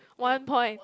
one point